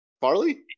Farley